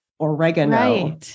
oregano